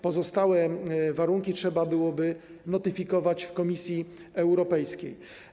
Pozostałe warunki trzeba byłoby notyfikować w Komisji Europejskiej.